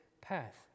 path